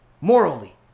morally